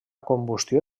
combustió